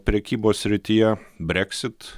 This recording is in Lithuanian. prekybos srityje breksit